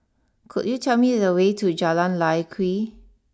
could you tell me the way to Jalan Lye Kwee